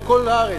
בכל הארץ,